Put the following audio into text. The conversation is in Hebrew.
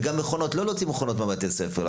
גם מכונות, לא להוציא מוכנות מבתי הספר.